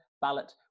ballot